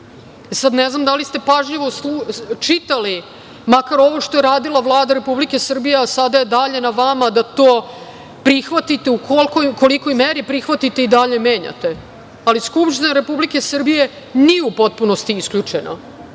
Ne znam da li ste pažljivo čitali makar ovo što je radila Vlada Republike Srbije, a sada je dalje na vama da to prihvatite i u kolikoj meri prihvatite i dalje menjate, ali Skupština Republike Srbije nije u potpunosti isključena,